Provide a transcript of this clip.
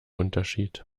unterschied